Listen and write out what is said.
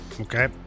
Okay